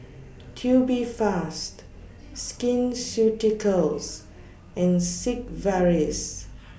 Tubifast Skin Ceuticals and Sigvaris